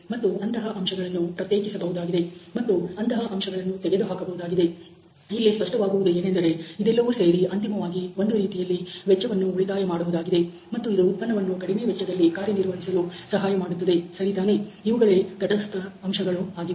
ಮತ್ತು ಅಂತಹ ಅಂಶಗಳನ್ನು ಪ್ರತ್ಯೇಕಿಸಬಹುದಾಗಿದೆ ಮತ್ತು ಅಂತಹ ಅಂಶಗಳನ್ನು ತೆಗೆದು ಹಾಕಬಹುದಾಗಿದೆ ಇಲ್ಲಿ ಸ್ಪಷ್ಟವಾಗುವುದು ಏನೆಂದರೆ ಇದೆಲ್ಲವೂ ಸೇರಿ ಅಂತಿಮವಾಗಿ ಒಂದು ರೀತಿಯಲ್ಲಿ ವೆಚ್ಚವನ್ನು ಉಳಿತಾಯ ಮಾಡುವುದಾಗಿದೆ ಮತ್ತು ಇದು ಉತ್ಪನ್ನವನ್ನು ಕಡಿಮೆ ವೆಚ್ಚದಲ್ಲಿ ಕಾರ್ಯನಿರ್ವಹಿಸಲು ಸಹಾಯಮಾಡುತ್ತದೆ ಸರಿತಾನೆ ಇವುಗಳೇ ತಟಸ್ಥ ಅಂಶಗಳು ಆಗಿವೆ